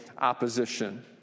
opposition